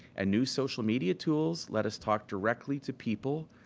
and new social media tools let us talk directly to people,